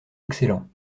excellents